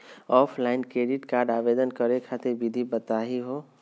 Offline credit card आवेदन करे खातिर विधि बताही हो?